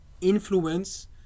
influence